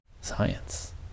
science